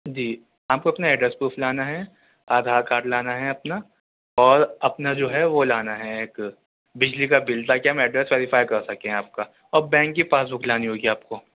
جی آپ کو اپنا ایڈریس پروف لانا ہے آدھار کارڈ لانا ہے اپنا اور اپنا جو ہے وہ لانا ہے ایک بجلی کا بل تاکہ ہم ایڈریس ویریفائی کر سکیں آپ کا اور بینک کی پاس بک لانی ہوگی آپ کو